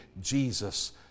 Jesus